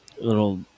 little